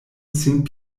sin